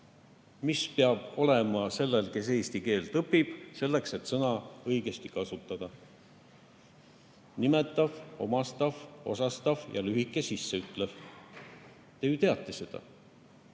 mis peab olema sellel, kes eesti keelt õpib, teada selleks, et sõna õigesti kasutada? Nimetav, omastav, osastav ja lühike sisseütlev. Te ju teate seda.